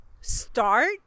start